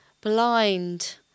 blind